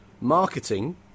marketing